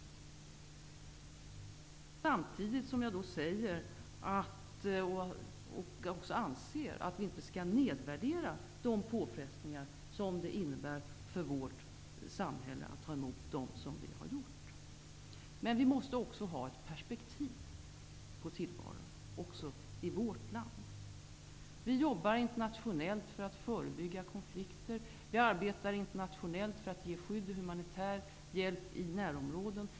Samtidigt anser jag att vi inte skall nedvärdera de påfrestningar som det innebär för vårt samhälle att ta emot de flyktingar som har kommit hit. Vi måste emellertid ha ett perspektiv på tillvaron också i vårt land. Vi arbetar internationellt för att förebygga konflikter. Vi arbetar internationellt för att ge skydd och humanitär hjälp i närområden.